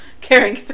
caring